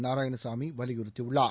நாராயணசாமி வலியுறுத்தியுள்ளார்